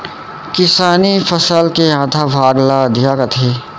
किसानी फसल के आधा भाग ल अधिया कथें